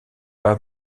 pas